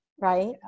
right